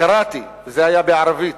קראתי, וזה היה בערבית,